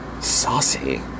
Saucy